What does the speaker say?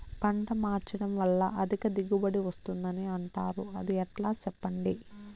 పంట మార్చడం వల్ల అధిక దిగుబడి వస్తుందని అంటారు అది ఎట్లా సెప్పండి